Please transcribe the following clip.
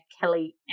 Kelly